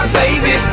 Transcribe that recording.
baby